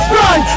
run